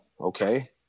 okay